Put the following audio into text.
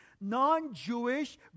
non-Jewish